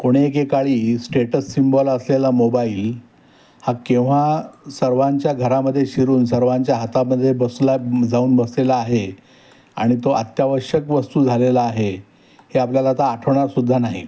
कोणी एकेकाळी status symbol असलेला मोबाईल हा केव्हा सर्वांच्या घरामधे शिरून सर्वांच्या हातामध्ये बसला जाऊन बसलेला आहे आणि तो अत्यावश्यक वस्तू झालेला आहे हे आपल्याला आता आठवणारसुद्धा नाही